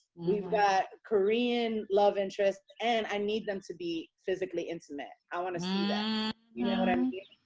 we've got korean love interest, and i need them to be physically intimate. i want to see yeah you know them.